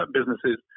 businesses